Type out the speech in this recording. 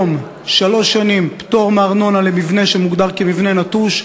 התברר לנו שיש היום פטור של שלוש שנים מארנונה למבנה שמוגדר מבנה נטוש,